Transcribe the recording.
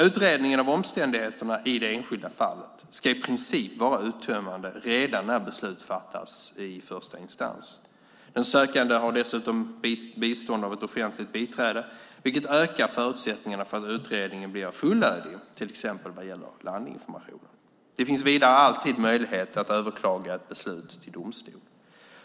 Utredningen av omständigheterna i det enskilda fallet ska i princip vara uttömmande redan när beslut fattas i första instans. Den sökande har dessutom bistånd av ett offentligt biträde, vilket ökar förutsättningarna för att utredningen blir fullödig, till exempel vad gäller landinformationen. Det finns vidare alltid möjlighet att överklaga ett beslut till domstol.